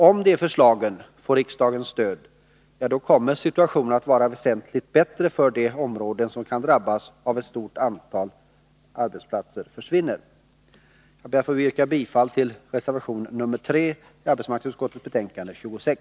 Om de förslagen får riksdagens stöd, ja, då kommer situationen att vara väsentligt bättre för de områden som kan drabbas av att ett stort antal arbetsplatser försvinner. Jag ber att få yrka bifall till reservation nr 3 i arbetsmarknadsutskottets betänkande 26.